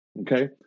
okay